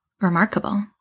remarkable